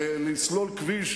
לסלול כביש.